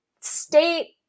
state